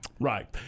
Right